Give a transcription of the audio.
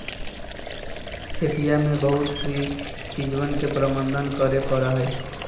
खेतिया में बहुत सी चीजवन के प्रबंधन करे पड़ा हई